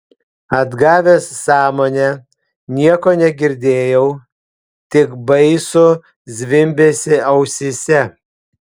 atgavęs sąmonę nieko negirdėjau tik baisų zvimbesį ausyse